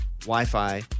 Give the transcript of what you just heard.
Wi-Fi